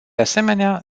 asemenea